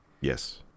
Yes